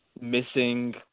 missing